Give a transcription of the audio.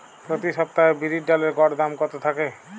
প্রতি সপ্তাহে বিরির ডালের গড় দাম কত থাকে?